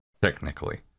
Technically